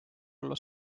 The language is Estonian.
olla